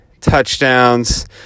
touchdowns